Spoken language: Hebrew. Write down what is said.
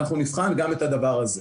אנחנו נבחן גם את הדבר הזה.